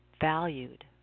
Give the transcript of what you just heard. valued